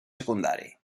secundari